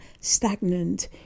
stagnant